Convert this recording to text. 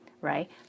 Right